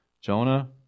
Jonah